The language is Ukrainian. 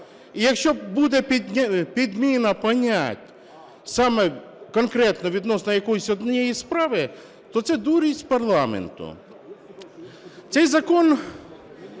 І якщо буде підміна понять саме конкретно відносно якоїсь однієї справи, то це дурість парламенту. Цей закон